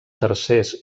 tercers